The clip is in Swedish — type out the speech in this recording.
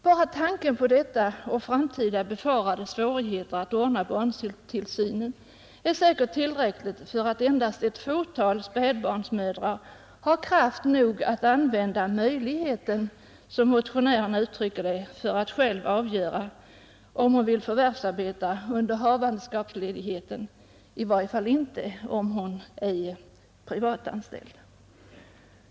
Bara tanken på detta och framtida befarade svårigheter att ordna barntillsynen är säkert tillräckligt för att endast ett fåtal spädbarnsmödrar skall ha kraft nog att använda möjligheten, som motionärerna uttrycker det, att själva avgöra om de vill förvärvsarbeta under havandeskapsledigheten, i varje fall om de är privatanställda.